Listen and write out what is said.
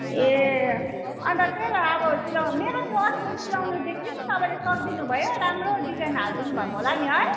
ए अन्त त्यही त अब सिलाउनु मेरो त्यो अस्ति सिलाउनु दिएको थियो नि तपाईँले सकिदिनु भयो राम्रो डिजाइन हालिदिनु भएको होला नि है